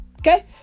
Okay